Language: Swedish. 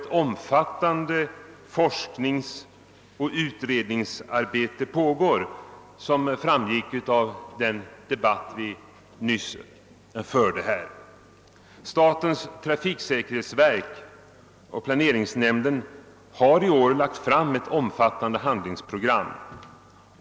Som framgått av debatten pågår nu ett omfattande forskningsoch utredningsarbete, och statens trafiksäker hetsverk och planeringsnämnden har i år presenterat ett omfattande handlingsprogram.